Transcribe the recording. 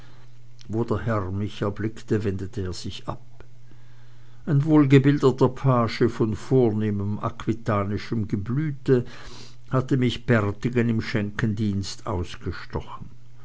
wo der herr mich erblickte wendete er sich ab ein wohlgebildeter page von vornehmem aquitanischen geblüte hatte mich bärtigen im schenkendienst ausgestochen